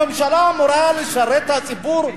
הממשלה אמורה לשרת את הציבור,